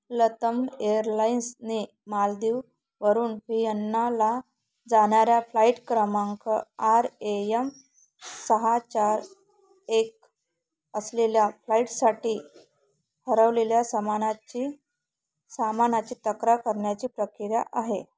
LATAM एअरलाइन्सने मालदिववरून व्हिएन्नाला जानाऱ्या फ्लाइट क्रमांक आर ए यम सहा चार एक असलेल्या फ्लाईटसाठी हरवलेल्या सामानाची सामानाची तक्रार करण्याची प्रक्रिया आहे